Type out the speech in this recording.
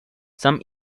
some